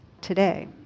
today